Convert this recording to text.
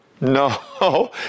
No